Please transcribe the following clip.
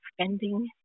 spending